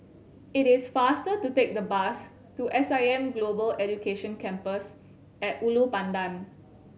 it is faster to take the bus to S I M Global Education Campus At Ulu Pandan